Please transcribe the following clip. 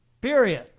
Period